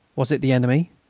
was it the enemy?